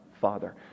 Father